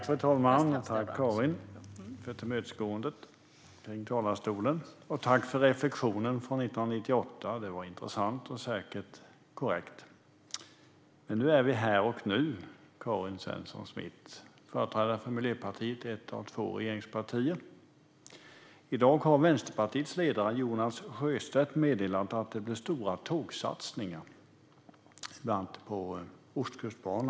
Fru talman! Tack, Karin, för reflektionen från 1998! Det var intressant och säkert korrekt. Men vi befinner oss här och nu, Karin Svensson Smith, företrädare för Miljöpartiet som är ett av två regeringspartier. I dag har Vänsterpartiets ledare Jonas Sjöstedt meddelat att det blir stora tågsatsningar, bland annat på Ostkustbanan.